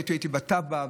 אני הייתי בתב"ע.